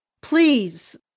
please